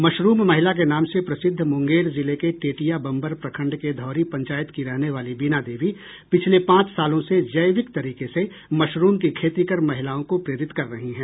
mushroom महिला के नाम से प्रसिद्ध मुंगेर जिले के टेटियाबंबर प्रखंड के धौरी पंचायत की रहने वाली बीणा देवी पिछले पांच सालों से जैविक तरीके से मशरूम की खेती कर महिलाओं को प्रेरित कर रही हैं